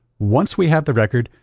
once we have the record,